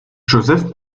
josèphe